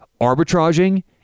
arbitraging